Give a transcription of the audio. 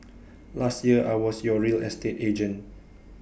last year I was your real estate agent